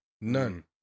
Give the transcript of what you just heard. None